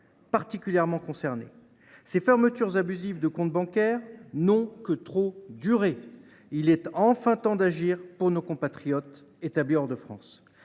particulièrement concernés. Ces fermetures abusives de comptes bancaires n’ont que trop duré. Il est enfin temps d’agir pour nos compatriotes établis hors de France.